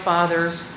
Father's